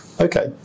Okay